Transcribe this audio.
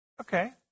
Okay